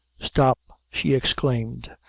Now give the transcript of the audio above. stop! she exclaimed,